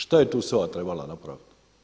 Šta je tu SOA trebala napravit?